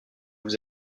vous